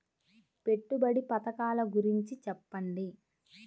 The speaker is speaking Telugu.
పెట్టుబడి పథకాల గురించి చెప్పండి?